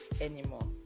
anymore